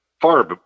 far